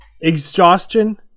exhaustion